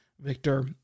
Victor